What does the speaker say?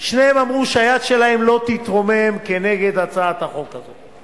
שניהם אמרו שהיד שלהם לא תתרומם נגד הצעת החוק הזאת.